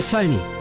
Tony